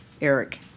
Eric